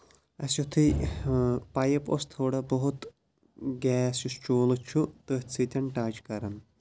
اَسہِ یِتھُے پایِپ ٲس تھوڑا بہت گیس یُس چوٗلہٕ چھُ تٔتھۍ سۭتۍ ٹَچ کَران